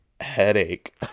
headache